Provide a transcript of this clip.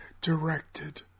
directed